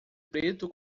preto